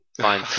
Fine